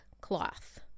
cloth